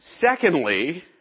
Secondly